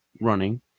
running